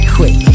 Quick